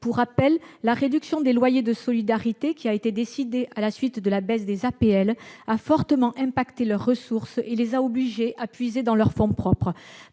Pour rappel, la réduction de loyer de solidarité (RSL), décidée à la suite de la baisse des APL, a fortement affecté leurs ressources et les a obligés à puiser dans leurs fonds propres.